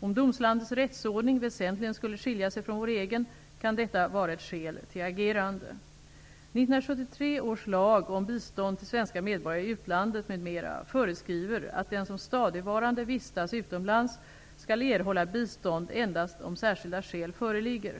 Om domslandets rättsordning väsentligen skulle skilja sig från vår egen, kan detta vara ett skäl till agerande. 1973 års lag om bistånd till svenska medborgare i utlandet m.m. föreskriver att den som stadigvarande vistas utomlands skall erhålla bistånd endast om särskilda skäl föreligger.